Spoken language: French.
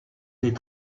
des